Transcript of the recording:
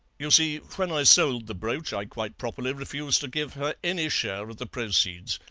you see, when i sold the brooch i quite properly refused to give her any share of the proceeds.